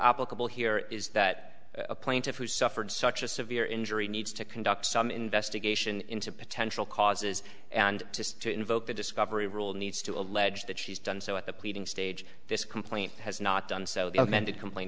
applicable here is that a plaintiff who suffered such a severe injury needs to conduct some investigation into potential causes and to invoke the discovery rule needs to allege that she's done so at the pleading stage this complaint has not done so the amended complain